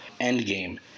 Endgame